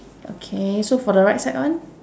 okay so for the right side one